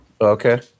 Okay